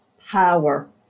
power